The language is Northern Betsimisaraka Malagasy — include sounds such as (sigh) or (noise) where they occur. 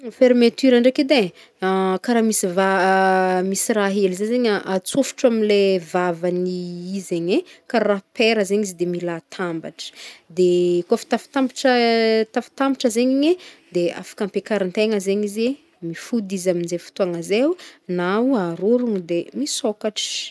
Fermeture ndraiky edy e, (hesitation) karaha misy va- (hesitation) misy raha hely zay zegny a atsofotro amle vavany i zegny e karaha paire zegny izy de mila atambata, kaofa tafitambatra (hesitation) tafitambatra zegny igny de afaka ampiakarintegna zegny izy mifody izy amzay fotoagna zay o, na ho arorogno de misôkatra.